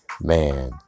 man